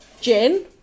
gin